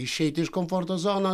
išeiti iš komforto zonos